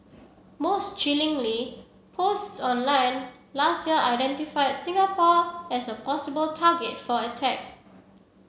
most chillingly posts online last year identified Singapore as a possible target for attack